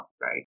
right